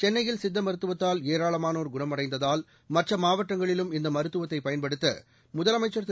சென்னையில் சித்த மருத்துவத்தால் ஏராளமானோர் குணமடைந்ததால் மற்ற மாவட்டங்களிலும் இந்த மருத்துவத்தை பயன்படுத்த முதலமைச்சர் திரு